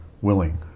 willing